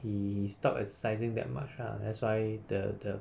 he stopped exercising that much lah that's why the the